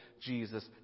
Jesus